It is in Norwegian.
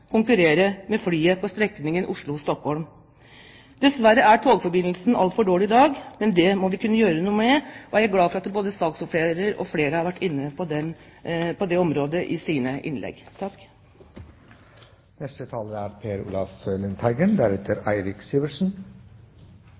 konkurrere med flyet på strekningen Oslo–Stockholm. Dessverre er togforbindelsen altfor dårlig i dag, men det må vi kunne gjøre noe med. Jeg er glad for at både saksordfører og flere andre har vært inne på dette i sine innlegg. Jeg er glad for utenriksminsterens innlegg